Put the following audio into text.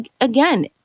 again